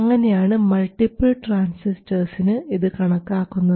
അങ്ങനെയാണ് മൾട്ടിപ്പിൾ ട്രാൻസിസ്റ്റർസിന് ഇത് കണക്കാക്കുന്നത്